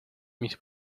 mis